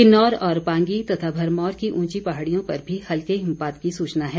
किन्नौर और पांगी तथा भरमौर की उंची पहाड़ियों पर भी हल्के हिमपात की सूचना है